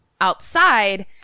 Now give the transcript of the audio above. Outside